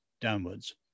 downwards